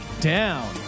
down